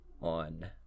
on